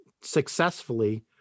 successfully